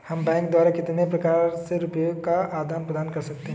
हम बैंक द्वारा कितने प्रकार से रुपये का आदान प्रदान कर सकते हैं?